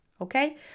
Okay